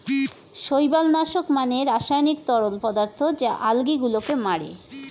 শৈবাল নাশক মানে রাসায়নিক তরল পদার্থ যা আলগী গুলোকে মারে